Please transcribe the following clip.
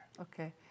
Okay